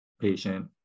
patient